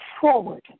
forward